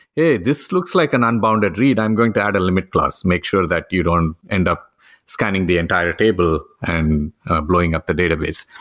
hey, this looks like an unbounded read, i'm going to add a limit class, make sure that you don't end up scanning the entire table and blowing up the database.